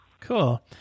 Cool